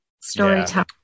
storytelling